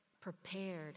prepared